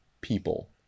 people